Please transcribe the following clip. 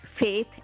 faith